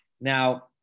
Now